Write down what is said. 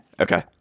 Okay